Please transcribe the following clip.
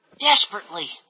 Desperately